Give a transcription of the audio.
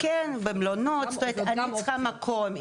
אני צריכה מקום,